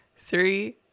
three